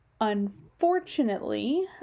unfortunately